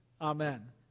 amen